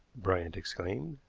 bryant exclaimed.